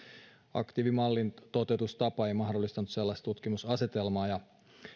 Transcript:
aktiivimallin toteutustapa ei mahdollistanut sellaista tutkimusasetelmaa ja